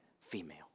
female